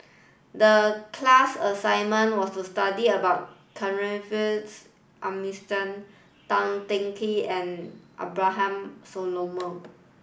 the class assignment was to study about Tan Teng Kee and Abraham